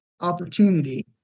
opportunity